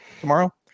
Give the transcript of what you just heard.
tomorrow